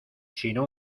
sino